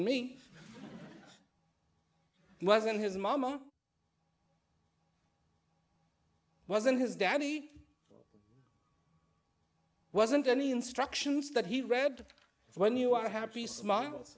me wasn't his mama wasn't his daddy wasn't any instructions that he read when you are happy smiles